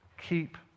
Keep